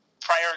prior